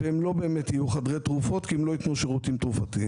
והם לא באמת יהיו חדרי תרופות כי הם לא יתנו שירותים תרופתיים.